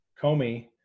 Comey